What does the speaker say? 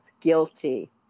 Guilty